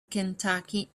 kentucky